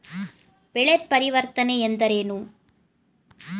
ಬೆಳೆ ಪರಿವರ್ತನೆ ಎಂದರೇನು?